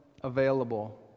available